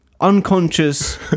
unconscious